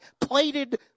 plated